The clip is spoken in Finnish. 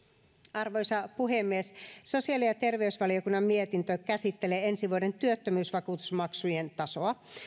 arvoisa puhemies sosiaali ja terveysvaliokunnan mietintö käsittelee ensi vuoden työttömyysvakuutusmaksujen tasoa